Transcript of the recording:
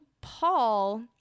Paul